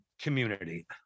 community